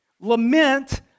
Lament